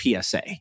PSA